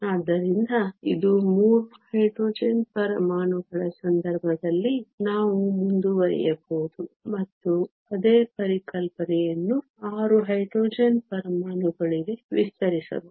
ಆದ್ದರಿಂದ ಇದು 3 ಹೈಡ್ರೋಜನ್ ಪರಮಾಣುಗಳ ಸಂದರ್ಭದಲ್ಲಿ ನಾವು ಮುಂದುವರಿಯಬಹುದು ಮತ್ತು ಅದೇ ಪರಿಕಲ್ಪನೆಯನ್ನು 6 ಹೈಡ್ರೋಜನ್ ಪರಮಾಣುಗಳಿಗೆ ವಿಸ್ತರಿಸಬಹುದು